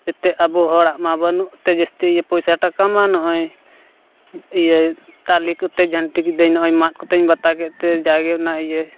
ᱮᱱᱛᱮᱫ ᱟᱵᱚ ᱦᱚᱲᱟᱜᱢᱟ ᱵᱟᱹᱱᱩᱜᱛᱮ ᱡᱟᱹᱥᱛᱤ ᱯᱚᱭᱥᱟ ᱴᱟᱠᱟᱢᱟ ᱱᱚᱜᱼᱚᱸᱭ ᱤᱭᱟᱹ ᱛᱟᱞᱮ ᱠᱚᱛᱮ ᱡᱷᱟᱹᱱᱴᱤ ᱠᱤᱫᱟᱹᱧ ᱱᱚᱜᱼᱚᱸᱭ ᱢᱟᱫ ᱠᱚᱛᱮᱧ ᱵᱟᱛᱟ ᱠᱮᱫᱛᱮ ᱡᱟ ᱚᱱᱟ ᱤᱭᱟᱹ